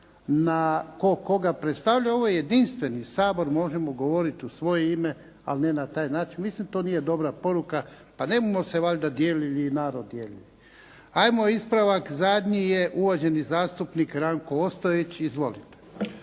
na tko koga predstavlja. Ovo je jedinstveni Sabor. Možemo govoriti u svoje ime, ali ne na taj način. Mislim to nije dobra poruka. Pa ne bumo se valjda dijelili i narod dijelili. Hajmo ispravak zadnji je uvaženi zastupnik Ranko Ostojić. Izvolite.